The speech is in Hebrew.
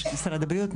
משרד הבריאות,